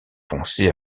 foncé